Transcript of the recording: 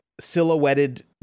silhouetted